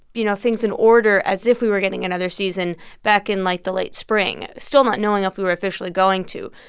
you know, things in order as if we were getting another season back in, like, the late spring, still not knowing if we were officially going to.